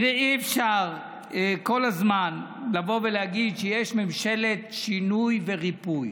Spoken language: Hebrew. אי-אפשר כל הזמן להגיד שיש ממשלת שינוי וריפוי